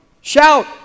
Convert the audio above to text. shout